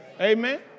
Amen